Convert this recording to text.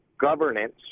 governance